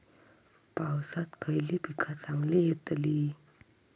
पावसात खयली पीका चांगली येतली?